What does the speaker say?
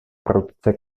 prudce